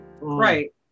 right